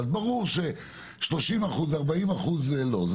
ברור שב-40-30 אחוז זה לא מדויק.